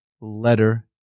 letter